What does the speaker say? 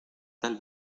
tal